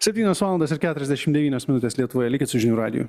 septynios valandos ir keturiasdešim devynios minutės lietuvoj likit su žinių radiju